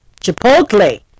Chipotle